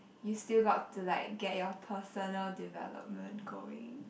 you still got to like get your personal development going